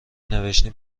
نوشتین